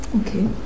Okay